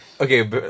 okay